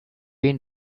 been